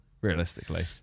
Realistically